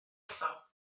wrtho